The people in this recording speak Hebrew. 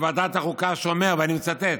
מוועדת החוקה אומר, ואני מצטט,